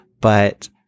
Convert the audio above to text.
but-